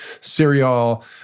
cereal